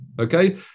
Okay